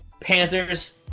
Panthers